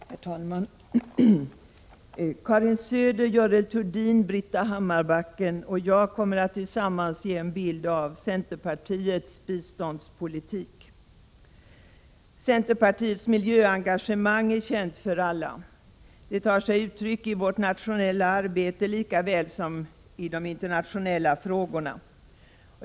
Herr talman! Karin Söder, Görel Thurdin, Britta Hammarbacken och jag kommer att tillsammans ge en bild av centerpartiets biståndspolitik. Centerpartiets miljöengagemang är känt för alla. Det tar sig uttryck i vårt nationella arbete lika väl som i de internationella frågorna.